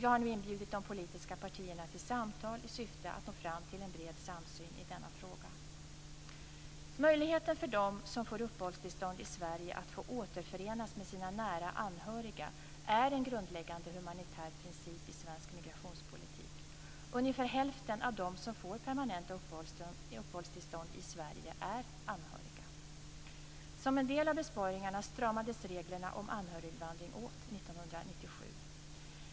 Jag har nu inbjudit de politiska partierna till samtal i syfte att nå fram till en bred samsyn i denna fråga. Sverige att återförenas med sina nära anhöriga är en grundläggande humanitär princip i svensk migrationspolitik. Ungefär hälften av dem som får permanenta uppehållstillstånd i Sverige är anhöriga. Som en del av besparingarna stramades reglerna om anhöriginvandring åt 1997.